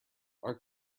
our